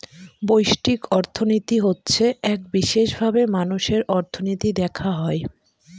ব্যষ্টিক অর্থনীতি হচ্ছে এক বিশেষভাবে মানুষের অর্থনীতি দেখা হয়